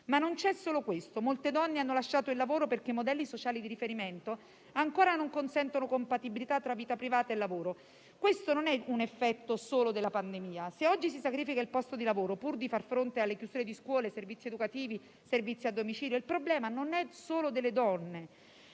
Ma non c'è solo questo. Molte donne hanno lasciato il lavoro perché i modelli sociali di riferimento ancora non consentono compatibilità tra vita privata e lavoro. Questo non è un effetto solo della pandemia. Se oggi si sacrifica il posto di lavoro pur di far fronte alle chiusure di scuole, servizi educativi, servizio a domicilio, il problema non è solo delle donne;